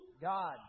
God